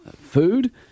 food